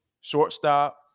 shortstop